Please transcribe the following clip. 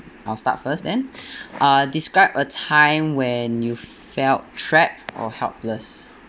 I'll start first then uh describe a time when you felt trapped or helpless